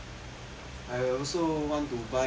I also want to buy